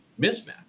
mismatch